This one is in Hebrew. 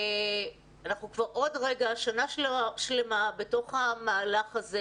אנחנו כבר עוד רגע שנה שלמה בתוך המהלך הזה